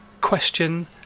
question